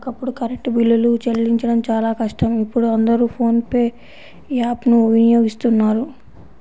ఒకప్పుడు కరెంటు బిల్లులు చెల్లించడం చాలా కష్టం ఇప్పుడు అందరూ ఫోన్ పే యాప్ ను వినియోగిస్తున్నారు